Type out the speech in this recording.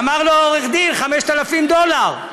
אמר לו עורך-הדין: 5,000 דולר.